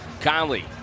Conley